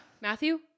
Matthew